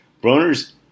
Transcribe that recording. Broner's